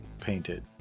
Painted